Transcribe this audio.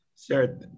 Sure